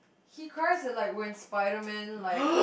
he cries at like when Spiderman like